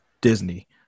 Disney